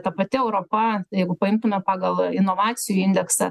ta pati europa jeigu paimtume pagal inovacijų indeksą